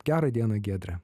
gerą dieną giedre